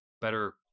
better